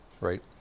right